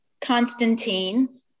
Constantine